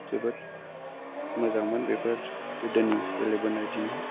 जोबोद मोजांमोन बेफोर गोदोनि गेलेबोनाय दिनआ